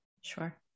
Sure